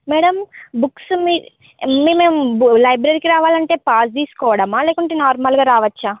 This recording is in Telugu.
మ్యాడం బుక్స్ మీ మి మేము లైబ్రరీ కి రావాలంటే పాస్ తీసుకోవడమా లేకుంటే నార్మల్ గా రావచ్చా